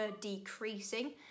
decreasing